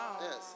yes